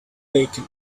bacon